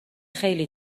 خیلی